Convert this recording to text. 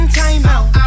timeout